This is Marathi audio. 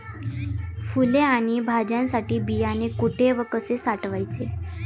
फुले आणि भाज्यांसाठी बियाणे कुठे व कसे साठवायचे?